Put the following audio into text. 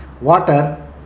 water